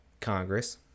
Congress